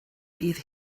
bydd